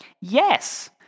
Yes